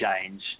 change